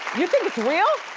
you think it's real?